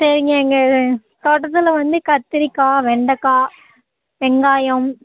சரிங்க எங்கள் தோட்டத்தில் வந்து கத்திரிக்காய் வெண்டக்காய் வெங்காயம்